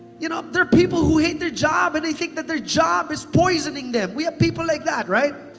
you know, there are people who hate their job and they think that their job is poisoning them. we have people like that, right?